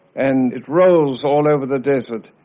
and it rolls all over the desert,